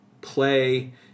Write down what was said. play